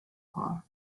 her